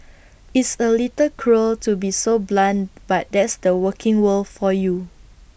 it's A little cruel to be so blunt but that's the working world for you